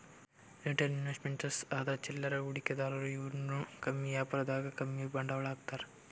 retail investors ಅಂದ್ರ ಚಿಲ್ಲರೆ ಹೂಡಿಕೆದಾರು ಇವ್ರು ಕಮ್ಮಿ ವ್ಯಾಪಾರದಾಗ್ ಕಮ್ಮಿ ಬಂಡವಾಳ್ ಹಾಕ್ತಾರ್